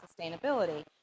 sustainability